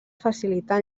facilitar